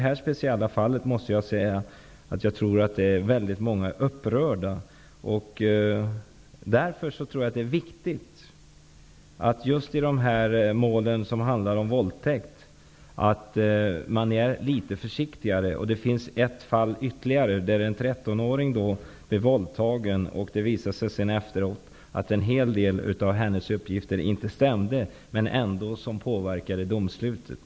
Jag tror att många är upprörda över detta speciella fall. Jag tror därför att det är viktigt att vara litet försiktigare i just våldtäktsmålen. Det finns ett liknande fall där en 13-åring blev våldtagen och det efteråt visade sig att en hel del av hennes uppgifter inte stämde. Dessa uppgifter påverkade ändå domslutet.